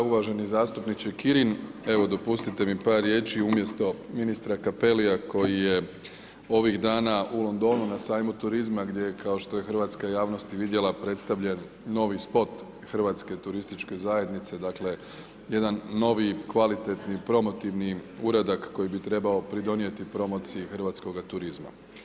Uvaženi zastupniče Kirin, evo dopustite mi par riječi umjesto ministra Cappelija koji je ovih dana u Londonu na sajmu turizma gdje je kao što je hrvatska javnosti i vidjela, predstavljen novi spot Hrvatske turističke zajednice, dakle jedna novi, kvalitetni i promotivni uradak koji bi trebao pridonijeti promociji hrvatskoga turizma.